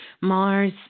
Mars